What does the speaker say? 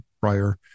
prior